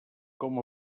com